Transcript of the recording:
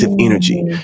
energy